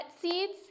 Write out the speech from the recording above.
Seeds